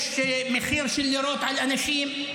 יש מחיר של לירות על אנשים.